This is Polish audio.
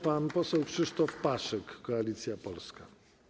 Pan poseł Krzysztof Paszyk, Koalicja Polska.